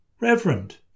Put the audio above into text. Reverend